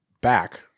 back